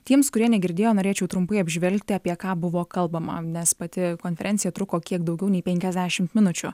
tiems kurie negirdėjo norėčiau trumpai apžvelgti apie ką buvo kalbama nes pati konferencija truko kiek daugiau nei penkiasdešimt minučių